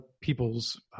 people's